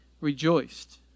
rejoiced